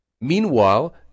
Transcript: Meanwhile